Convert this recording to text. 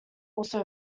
also